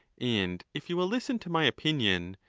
and if you will listen to my opinion,